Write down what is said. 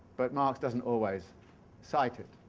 but marx doesn't always cite it.